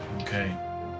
Okay